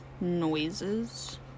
noises